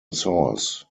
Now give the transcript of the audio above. source